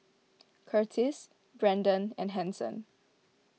Curtiss Brenden and Hanson